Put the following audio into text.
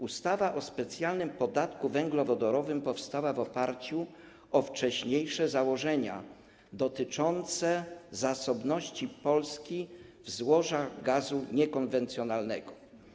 Ustawa o specjalnym podatku węglowodorowym powstała w oparciu o wcześniejsze założenia dotyczące zasobności Polski w złoża gazu niekonwencjonalnego.